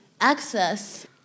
access